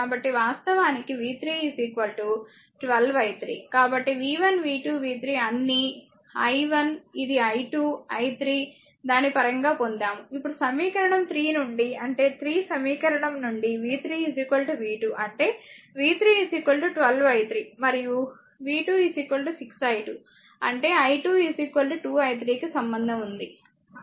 కాబట్టి v1 v2 v3 అన్నీ i1 ఇది i2 i 3 దాని పరంగా పొందాము ఇప్పుడు సమీకరణం 3 నుండి అంటే 3 సమీకరణం నుండి v3 v 2 అంటే v 3 12 i 3 మరియు v 2 6 i2 అంటే i2 2 i 3 కి సంబంధం ఉంది